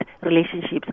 relationships